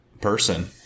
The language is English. person